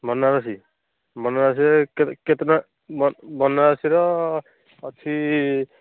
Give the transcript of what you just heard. ବନାରସୀ ବନାରସୀରେ କେତେ କେତେ ଟଙ୍କା ବନାରସୀର ଅଛି